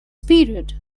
period